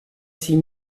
six